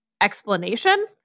explanation